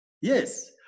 Yes